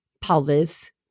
pelvis